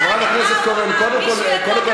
חברת הכנסת זהבה גלאון.